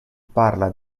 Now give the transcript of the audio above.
parla